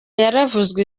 yaravuzwe